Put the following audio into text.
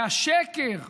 והשקר שבאמצעותו,